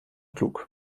klug